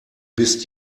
bist